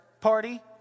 party